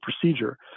procedure